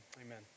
amen